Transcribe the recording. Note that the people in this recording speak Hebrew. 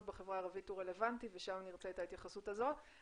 בחברה הערבית הוא רלוונטי ושם נרצה את ההתייחסות הזאת,